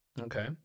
Okay